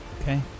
Okay